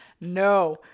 no